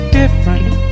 different